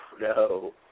No